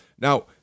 Now